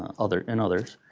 other and others,